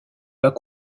bas